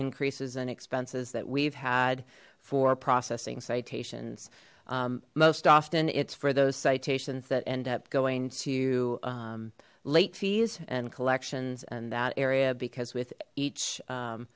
increases and expenses that we've had for processing citations most often it's for those citations that end up going to late fees and collections and that area because with each